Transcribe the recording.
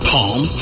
Palm